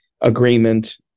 agreement